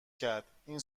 کرد، این